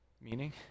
Meaning